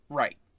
right